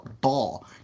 ball